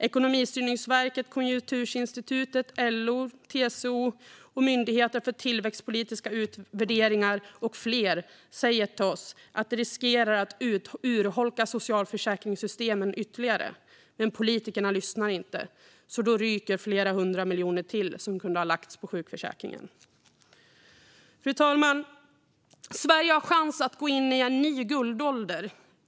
Ekonomistyrningsverket, Konjunkturinstitutet, LO, TCO, Myndigheten för tillväxtpolitiska utvärderingar med flera säger som vi: Detta riskerar att urholka socialförsäkringssystemen ytterligare. Men politikerna lyssnar inte. Så då ryker flera hundra miljoner till som kunde ha lagts på sjukförsäkringen. Fru talman! Sverige har chans att gå in i en ny guldålder.